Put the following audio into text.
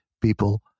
people